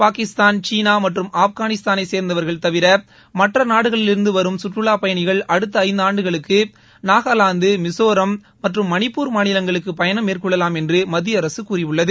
பாகிஸ்தான் சீனா மற்றும் ஆப்கானிஸ்தானை சேர்ந்தவர்கள் தவிர மற்ற நாடுகளிலிருந்து வரும் சுற்றுவா பயனிகள் அடுத்த இந்து ஆண்டுகளுக்கு நாகாலாந்து மிசோராம் மற்றும் மணிப்பூர் மாநிலங்களுக்கு பயணம் மேற்கொள்ளலாம் என்று மத்திய அரசு கூறியுள்ளது